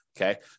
Okay